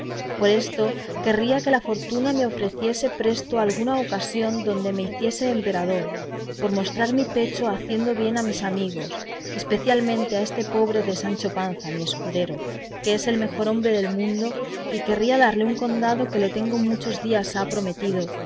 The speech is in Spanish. por esto querría que la fortuna me ofreciese presto alguna ocasión donde me hiciese emperador por mostrar mi pecho haciendo bien a mis amigos especialmente a este pobre de sancho panza mi escudero que es el mejor hombre del mundo y querría darle un condado que le tengo muchos días ha prometido